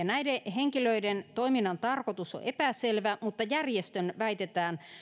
näiden henkilöiden toiminnan tarkoitus on epäselvä mutta järjestön väitetään